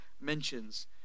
mentions